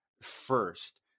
first